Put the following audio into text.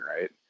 Right